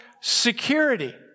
security